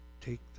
take